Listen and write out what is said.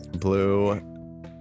blue